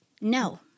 No